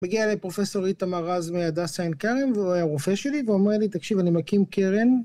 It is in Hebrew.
מגיע אליי פרופסור ריטה מרז מהדסה עיןן כרם, והוא היה רופא שלי, והוא אמר אלי, תקשיב, אני מקים קרן.